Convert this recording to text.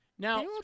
Now